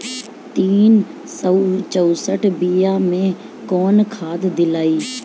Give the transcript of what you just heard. तीन सउ चउसठ बिया मे कौन खाद दलाई?